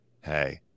hey